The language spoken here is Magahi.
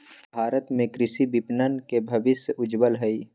भारत में कृषि विपणन के भविष्य उज्ज्वल हई